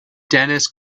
dennis